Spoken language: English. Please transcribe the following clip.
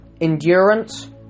endurance